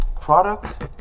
Product